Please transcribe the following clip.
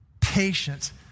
patience